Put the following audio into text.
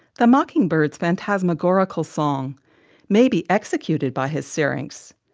the mockingbird's phantasmagorical song may be executed by his syrinx,